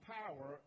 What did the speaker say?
power